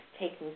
taking